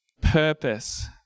purpose